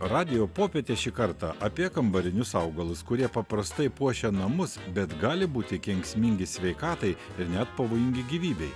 radijo popietė šį kartą apie kambarinius augalus kurie paprastai puošia namus bet gali būti kenksmingi sveikatai ir net pavojingi gyvybei